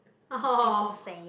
people say